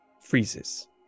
freezes